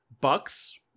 Bucks